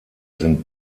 sind